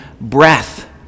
breath